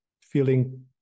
feeling